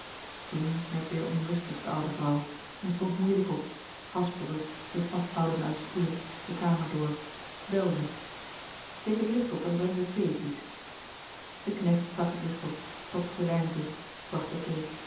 toen werd weêr onrustig de oude vrouw en stond moeilijk op haspelde zich vasthoudende aan de stoelen de kamer door belde steek het licht op en breng de thee piet de knecht stak het licht op trok de gordijnen dicht